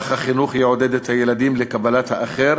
כך החינוך יעודד את הילדים לקבלת האחר